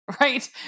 right